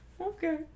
Okay